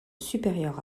supérieur